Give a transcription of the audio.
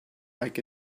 like